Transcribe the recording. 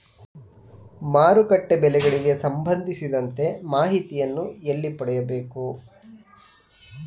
ಮಾರುಕಟ್ಟೆ ಬೆಲೆಗಳಿಗೆ ಸಂಬಂಧಿಸಿದಂತೆ ಮಾಹಿತಿಯನ್ನು ಎಲ್ಲಿ ಪಡೆಯಬೇಕು?